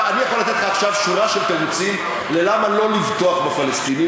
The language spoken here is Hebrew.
אני יכול לתת לך עכשיו שורה של תירוצים למה לא לבטוח בפלסטינים,